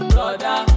Brother